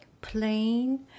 plain